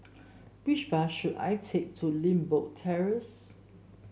which bus should I take to Limbok Terrace